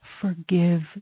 Forgive